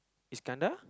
Iskandar